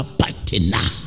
partner